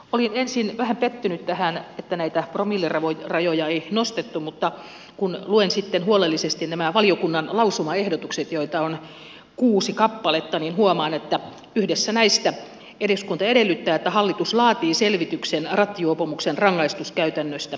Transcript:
olin ensin vähän pettynyt tähän että näitä promillerajoja ei laskettu mutta kun luen sitten huolellisesti nämä valiokunnan lausumaehdotukset joita on kuusi kappaletta niin huomaan että yhdessä näistä eduskunta edellyttää että hallitus laatii selvityksen rattijuopumuksen rangaistuskäytännöstä